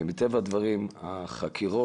ומטבע הדברים החקירות